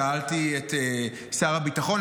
שאלתי את שר הביטחון,